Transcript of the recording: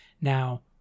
Now